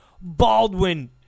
Baldwin